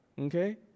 okay